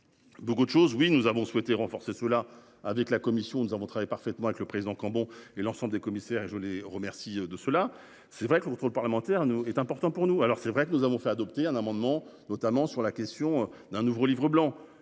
Beaucoup de choses. Oui, nous avons souhaité renforcer cela avec la Commission, nous avons travaillé parfaitement avec le président Cambon et l'ensemble des commissaires et je les remercie de ceux-là c'est vrai contrôle parlementaire nous est important pour nous. Alors c'est vrai que nous avons fait adopter un amendement notamment sur la question d'un nouveau livre blanc.